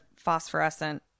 phosphorescent